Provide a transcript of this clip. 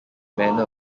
manner